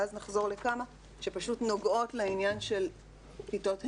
ואז נחזור לכמה שנוגעות לעניין של כיתות ה'